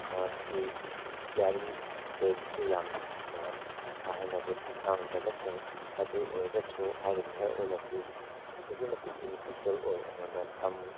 ꯃꯥꯁꯤ ꯑꯦꯛꯁꯄꯤꯌꯥꯔꯤ ꯗꯦꯠꯁꯨ ꯌꯥꯝꯅ ꯀꯥꯍꯦꯟꯅꯕꯨꯗꯤ ꯁꯥꯡꯕ ꯅꯠꯇ꯭ꯔꯦ ꯑꯗꯨ ꯑꯣꯏꯔꯒꯁꯨ ꯍꯥꯏꯔꯤꯕ ꯍꯤꯌꯔ ꯑꯣꯏꯜ ꯑꯁꯤ ꯑꯗꯨꯛꯀꯤ ꯃꯇꯤꯛ ꯕꯤꯅꯤꯐꯤꯁꯦꯜ ꯑꯣꯏ ꯑꯩꯉꯣꯟꯗ ꯁꯝ